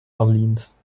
orleans